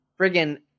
friggin